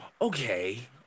okay